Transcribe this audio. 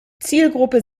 zielgruppe